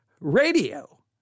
Radio